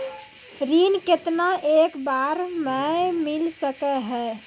ऋण केतना एक बार मैं मिल सके हेय?